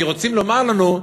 כי רוצים לומר לנו,